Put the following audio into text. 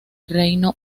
reino